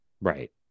right